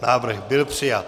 Návrh byl přijat.